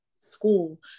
school